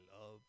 love